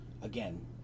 Again